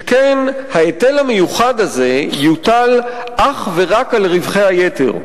שכן ההיטל המיוחד הזה יוטל אך ורק על רווחי היתר,